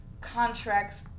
Contracts